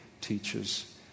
teaches